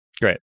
great